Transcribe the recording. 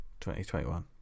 2021